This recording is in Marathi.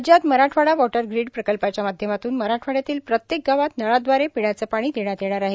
राज्यात मराठवाडा वॉटर ग्रीड प्रकल्पाच्या माध्यमातून मराठवाड्यातील प्रत्येक गावात नळादवारे पिण्याचं पाणी देण्यात येणार आहे